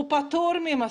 הוא פטור מהמסכה.